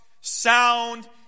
sound